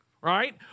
right